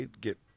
get